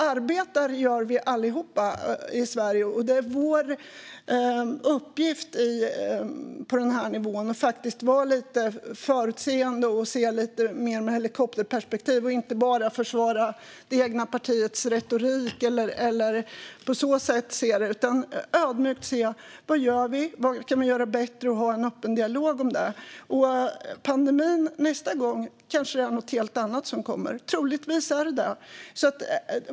Arbetar gör vi allihop i Sverige, och för oss på den här nivån är det vår uppgift att faktiskt vara lite förutseende och se på saker med helikopterperspektiv och inte bara försvara det egna partiets retorik eller så utan i stället ödmjukt se på vad vi gör, vad vi kan göra bättre och hur vi kan ha en öppen dialog. Nästa gång kanske det är något helt annat än en pandemi som kommer. Det är det troligtvis.